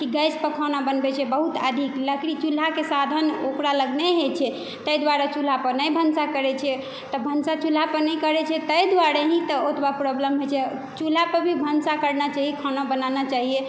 कि गैस पर खाना बनबै छै बहुत अधिक लकड़ी चूल्हाके साधन ओकरा लग नहि होइ छै ताहि दुआरे चूल्हा पर नहि भनसा करै छै तऽ भनसा चूल्हा पर नहि करै छै ताहि दुआरे ही तऽ ओतबा प्रोबलम होइ छै चूल्हा पर भी भनसा करना चाहिए खाना बनाना चाहिए